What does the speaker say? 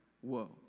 whoa